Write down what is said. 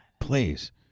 Please